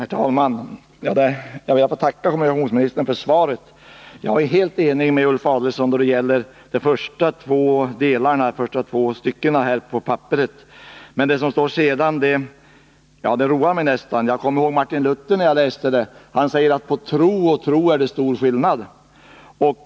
Herr talman! Jag ber att få tacka kommunikationsministern för svaret. Jag är helt ense med Ulf Adelsohn då det gäller de första två delarna av svaret. Men det som sades sedan roar nästan. Jag kom att tänka på Martin Luthers uttalande: På tro och tro är det stor skillnad.